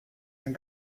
ein